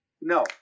no